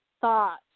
thought